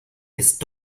ist